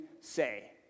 say